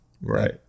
Right